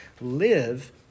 live